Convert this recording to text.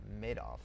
Madoff